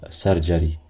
surgery